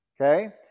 Okay